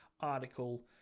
article